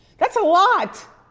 that's a lot!